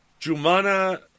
Jumana